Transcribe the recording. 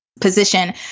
position